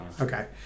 Okay